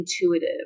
intuitive